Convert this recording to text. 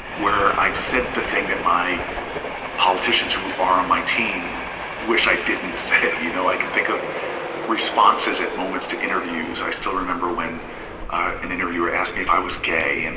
where i've said the thing that politicians who are on my team wish i didn't say. you know i can think of responses at moments to interviews. i still remember when an interviewer asked me if i was gay, and